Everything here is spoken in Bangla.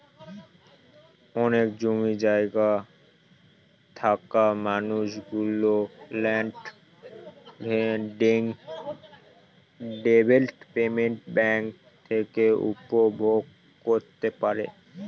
অনেক জমি জায়গা থাকা মানুষ গুলো ল্যান্ড ডেভেলপমেন্ট ব্যাঙ্ক থেকে উপভোগ করতে পারে